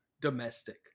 domestic